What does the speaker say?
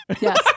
Yes